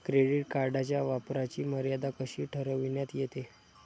Credit कार्डच्या वापराची मर्यादा कशी ठरविण्यात येते?